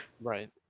Right